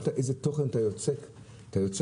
איזה תוכן אתה יוצק בו.